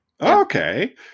Okay